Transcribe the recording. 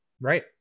right